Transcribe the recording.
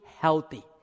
healthy